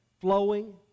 flowing